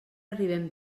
arribem